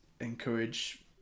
encourage